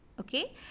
okay